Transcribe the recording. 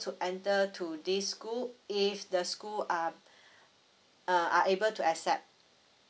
to enter to this school if the school are uh are able to accept